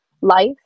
life